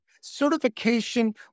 certification